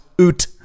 Oot